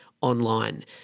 online